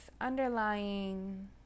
underlying